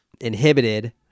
inhibited